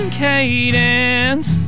cadence